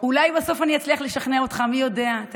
אולי בסוף אני אצליח לשכנע אותך, מי יודע.